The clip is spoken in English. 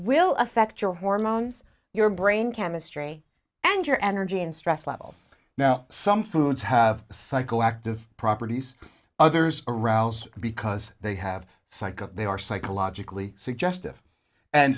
will affect your hormones your brain chemistry and your energy and stress levels now some foods have psychoactive properties others aroused because they have psycho they are psychologically suggestive and